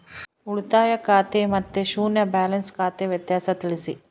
ಉಳಿತಾಯ ಖಾತೆ ಮತ್ತೆ ಶೂನ್ಯ ಬ್ಯಾಲೆನ್ಸ್ ಖಾತೆ ವ್ಯತ್ಯಾಸ ತಿಳಿಸಿ?